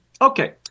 Okay